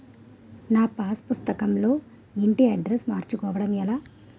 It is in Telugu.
నా పాస్ పుస్తకం లో ఇంటి అడ్రెస్స్ మార్చుకోవటం ఎలా?